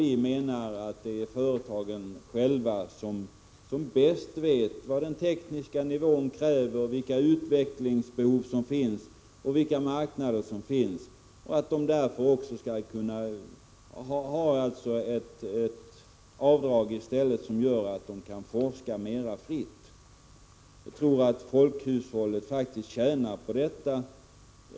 Vi anser däremot att företagen själva bäst vet vad den tekniska nivån kräver, vilka utvecklingsbehov och marknader som finns — och att de därför också bör få göra ett avdrag och alltså forska mer fritt. Jag tror att folkhushållet faktiskt tjänar på ett avdragssystem.